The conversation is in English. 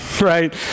right